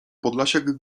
podlasiak